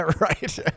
right